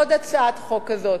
עוד הצעת חוק כזאת,